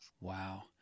Wow